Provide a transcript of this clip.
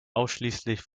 ausschließlich